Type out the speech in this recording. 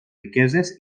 riqueses